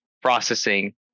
processing